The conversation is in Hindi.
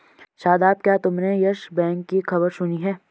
शादाब, क्या तुमने यस बैंक की खबर सुनी है?